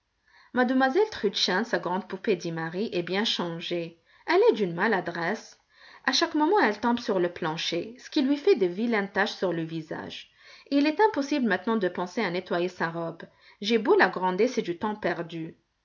mademoiselle trudchen sa grande poupée dit marie est bien changée elle est d'une maladresse à chaque moment elle tombe sur le plancher ce qui lui fait de vilaines taches sur le visage et il est impossible maintenant de penser à nettoyer sa robe j'ai beau la gronder c'est du temps perdu